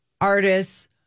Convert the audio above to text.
artists